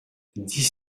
dix